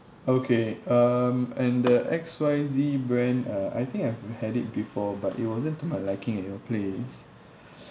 okay um and the X Y Z brand uh I think I've had it before but it wasn't to my liking at your place